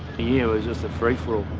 yeah it was just a free for all.